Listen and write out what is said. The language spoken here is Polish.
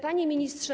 Panie Ministrze!